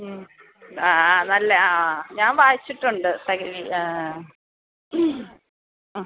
ആ ആ നല്ല ആ ഞാൻ വായിച്ചിട്ടുണ്ട് തകഴി ആ ആ